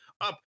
up